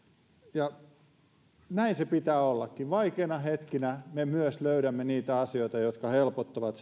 ja näin sen pitää ollakin vaikeina hetkinä me löydämme myös niitä asioita jotka helpottavat